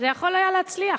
זה היה יכול להצליח,